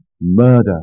murder